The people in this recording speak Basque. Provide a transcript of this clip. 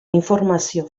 informazio